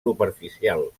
superficial